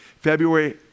February